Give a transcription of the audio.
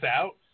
out